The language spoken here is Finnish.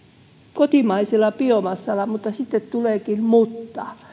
kotimaisella biomassalla mutta sitten tuleekin mutta